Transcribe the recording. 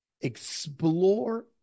Explore